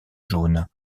jaunes